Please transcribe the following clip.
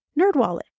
NerdWallet